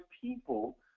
people